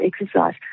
exercise